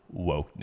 wokeness